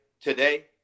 today